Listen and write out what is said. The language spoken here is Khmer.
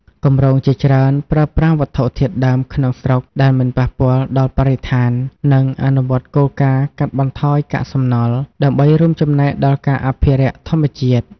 គម្រោងជាច្រើនប្រើប្រាស់វត្ថុធាតុដើមក្នុងស្រុកដែលមិនប៉ះពាល់ដល់បរិស្ថាន និងអនុវត្តគោលការណ៍កាត់បន្ថយកាកសំណល់ ដើម្បីរួមចំណែកដល់ការអភិរក្សធម្មជាតិ។